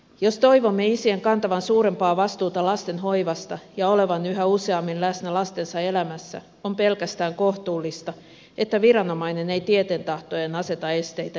jos toivomme isien kantavan suurempaa vastuuta lasten hoivasta ja olevan yhä useammin läsnä lastensa elämässä on pelkästään kohtuullista että viranomainen ei tieten tahtoen aseta esteitä isyyden tielle